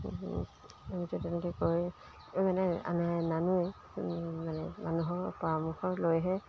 আমিতো তেনেকৈ কয় মানে আনে নানোৱে মানে মানুহৰ পৰামৰ্শ লৈহে